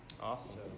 Awesome